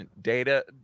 Data